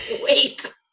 wait